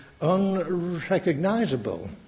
unrecognizable